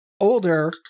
older